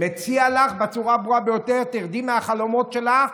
מציע לך בצורה הברורה ביותר: תרדי מהחלומות שלך,